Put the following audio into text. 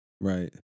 Right